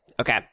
Okay